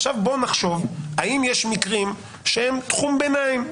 עכשיו בוא נחשוב האם יש מקרים שהם תחום ביניים.